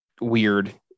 weird